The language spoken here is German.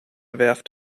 werft